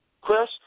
Chris